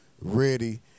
ready